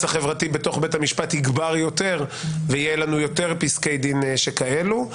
החברתי בתוך בית המשפט יגבר יותר ויהיו לנו יותר פסקי דין שכאלו.